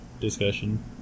discussion